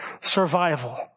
survival